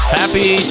happy